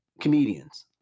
comedians